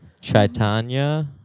Chaitanya